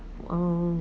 oh